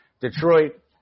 Detroit